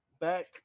back